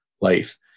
life